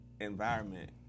Environment